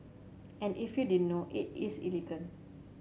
and if you didn't know it is illegal